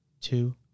two